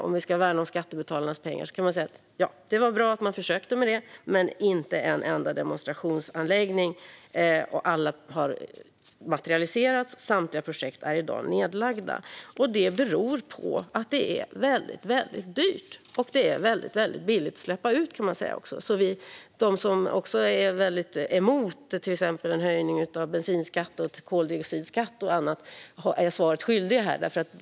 Om vi ska värna om skattebetalarnas pengar kan man säga att det var bra att man försökte, men inte en enda demonstrationsanläggning har materialiserats. Samtliga projekt är i dag nedlagda, och det beror på att det är väldigt dyrt. Men det är väldigt billigt att släppa ut, och de som är starkt emot till exempel en höjning av bensinskatt, koldioxidskatt och annat blir svaret skyldiga här.